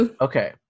Okay